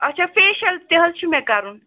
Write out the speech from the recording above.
اَچھا فیٚشل تہِ حظ چھُ مےٚ کَرُن